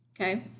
Okay